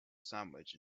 sandwich